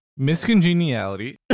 miscongeniality